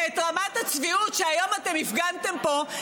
שאת רמת הצביעות שהיום אתם הפגנתם פה,